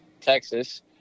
Texas